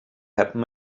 happen